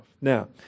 Now